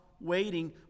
waiting